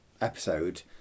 episode